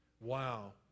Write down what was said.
wow